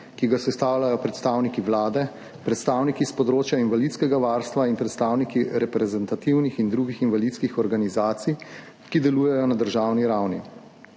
ki ga sestavljajo predstavniki Vlade, predstavniki s področja invalidskega varstva in predstavniki reprezentativnih in drugih invalidskih organizacij, ki delujejo na državni ravni.